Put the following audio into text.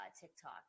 TikTok